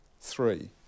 three